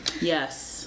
Yes